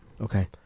Okay